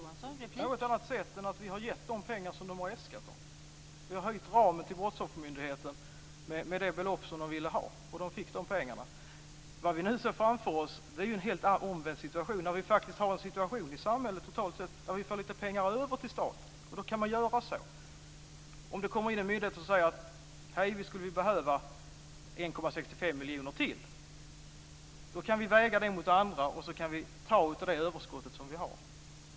Fru talman! Inte på något annat sätt än att vi har gett myndigheten de pengar den har äskat. Vi har höjt ramen för Brottsoffermyndigheten med det belopp den ville ha, och den fick de pengarna. Vad vi nu ser framför oss är en helt omvänd situation. Nu har vi faktiskt en situation i samhället totalt sett där vi får lite pengar över till staten - och då kan man göra så här. Om det kommer in en myndighet och säger: Hej! Vi skulle behöva 1,65 miljoner till! så kan vi väga det mot andra behov och ta av det överskott vi har.